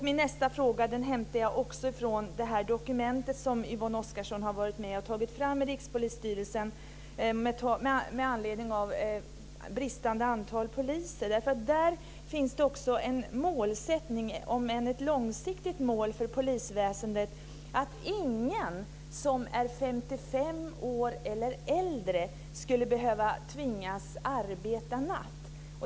Min nästa fråga hämtar jag också från det här dokumentet som Yvonne Oscarsson har varit med om att ta fram i Rikspolisstyrelsen med anledning av bristerna vad gäller antalet poliser. Där finns det också en långsiktig målsättning för polisväsendet: Att ingen som är 55 år eller äldre ska tvingas arbeta natt.